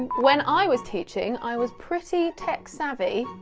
when i was teaching i was pretty tech savvy.